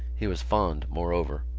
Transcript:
he was fond, moreover,